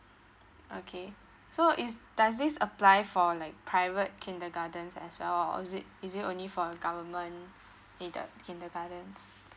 okay so is does this apply for like private kindergartens as well or is it is it only for uh government kinder~ kindergartens